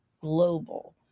global